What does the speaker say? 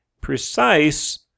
precise